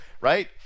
Right